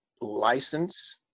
license